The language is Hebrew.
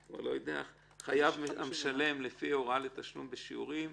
) (חייב המשלם לפי הוראה לתשלום בשיעורים),